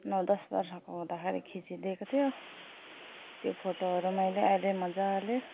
नौ दस वर्षको हुँदाखेरि खिचिदिएको थियो त्यो फोटोहरू मैले अहिले मजाले